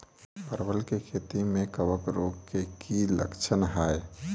परवल केँ खेती मे कवक रोग केँ की लक्षण हाय?